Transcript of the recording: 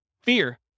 Fear